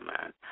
man